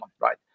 right